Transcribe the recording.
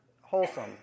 wholesome